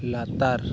ᱞᱟᱛᱟᱨ